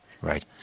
Right